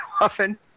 often